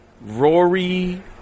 Rory